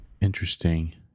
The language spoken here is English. Interesting